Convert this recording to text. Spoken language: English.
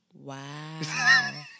Wow